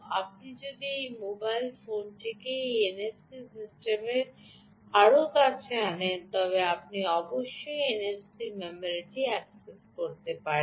আপনি যদি এই মোবাইল ফোনটিকে এই এনএফসি সিস্টেমের আরও কাছে আনেন তবে আপনি অবশ্যই এনএফসি মেমরিটি অ্যাক্সেস করতে পারবেন